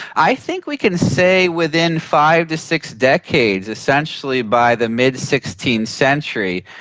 i think we can say within five to six decades, essentially by the mid sixteenth century,